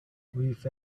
with